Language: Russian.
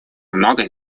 много